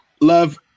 love